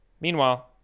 Meanwhile